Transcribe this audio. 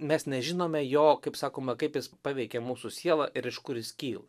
mes nežinome jo kaip sakoma kaip jis paveikia mūsų sielą ir iš kur jis kyla